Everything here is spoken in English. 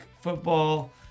football